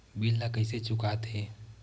bill ला कइसे चुका थे